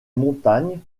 montagnes